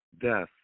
death